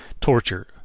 torture